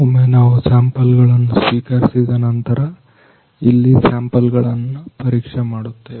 ಒಮ್ಮೆ ನಾವು ಸ್ಯಾಂಪಲ್ ಗಳನ್ನು ಸ್ವೀಕರಿಸಿದ ನಂತರ ಇಲ್ಲಿ ಸ್ಯಾಂಪಲ್ ಗಳನ್ನು ಪರೀಕ್ಷೆ ಮಾಡುತ್ತೇವೆ